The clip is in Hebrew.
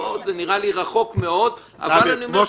פה זה נראה לי רחוק מאוד אבל כמו -- כמו